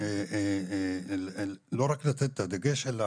לא רק לתת את הדגש על זה,